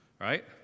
Right